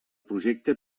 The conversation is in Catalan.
projecte